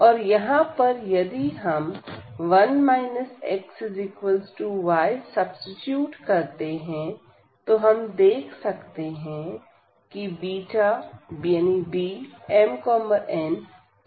और यहां पर यदि हम 1 xy सब्सीट्यूट करते हैं तो हम देख सकते हैं BmnBnm